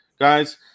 guys